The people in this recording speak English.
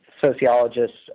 sociologists